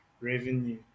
revenue